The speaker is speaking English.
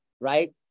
right